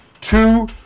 two